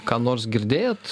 ką nors girdėjot